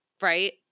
Right